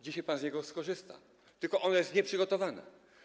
Dzisiaj pan z niego skorzysta, tylko ono jest nieprzygotowane.